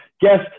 guest